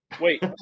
wait